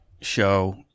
show